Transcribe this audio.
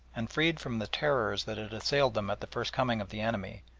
and freed from the terrors that had assailed them at the first coming of the enemy,